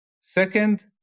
Second